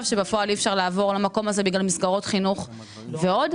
שבפועל אי אפשר לעבור למקום הזה בגלל מסגרות חינוך ועוד.